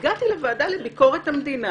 הגעתי לוועדה לביקורת המדינה